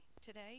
today